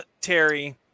Terry